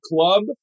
club